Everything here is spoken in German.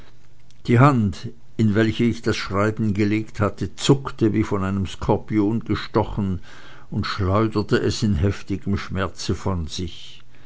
die hand in welche ich das schreiben gelegt hatte zuckte wie von einem skorpion gestochen und schleuderte es in heftigem schmerze von sich